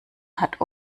hat